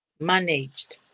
managed